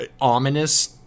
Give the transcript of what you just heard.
ominous